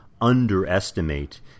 underestimate